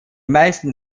meisten